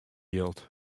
jild